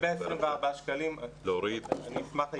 לגבי 24 השקלים, אני אשמח להתייחס.